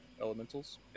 Elementals